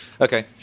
Okay